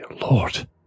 Lord